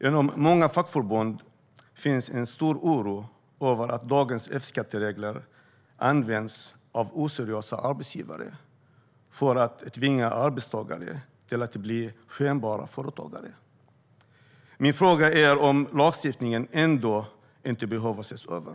Inom många fackförbund finns en stor oro för att dagens F-skatteregler används av oseriösa arbetsgivare för att tvinga arbetstagare att bli skenbara företagare. Min fråga är om lagstiftningen ändå inte behöver ses över.